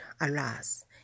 alas